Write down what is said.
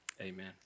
Amen